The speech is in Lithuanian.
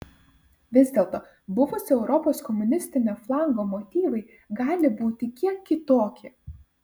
vis dėlto buvusio europos komunistinio flango motyvai gali būti kiek kitokie